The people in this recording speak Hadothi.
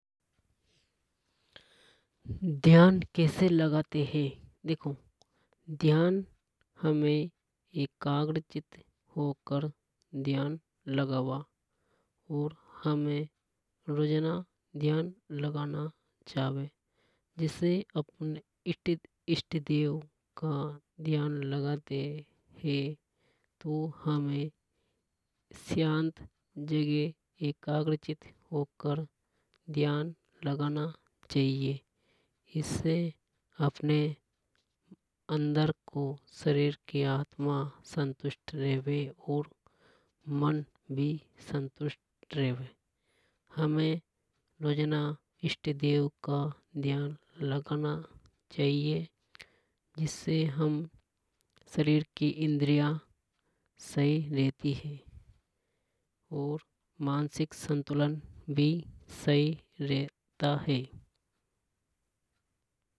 ध्यान कैसे लगाते हे देखो ध्यान हमें एकाग्रचित होकर ध्यान लगावा। और हमें रोजिना ध्यान लगाना चावे जिसे हमारे ईस्ट देव का ध्यान लगाते है। तो हमें शांत जगह एकाग्रचित होकर ध्यान लगाना चाहिए। इससे अपने अंदर को आत्मा संतुष्ट रेवे और मन भी संतुष्ट रेवे। हमें रोजाना ईस्ट देव का ध्यान लगाना चाहिए जिससे हमारी इंद्रियां सही रहती है। और मानसिक संतुलन भी सही रहता है।